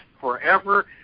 forever